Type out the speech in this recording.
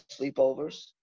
sleepovers